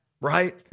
right